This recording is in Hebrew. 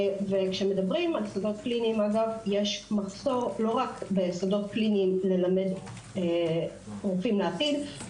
יש מחסור לא רק בשדות קליניים ללמד רופאים לעתיד,